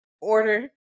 Order